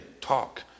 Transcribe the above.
talk